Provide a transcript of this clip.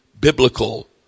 biblical